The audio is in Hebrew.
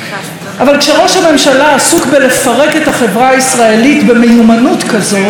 אבל כשראש הממשלה עסוק בלפרק את החברה הישראלית במיומנות כזאת,